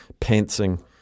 pantsing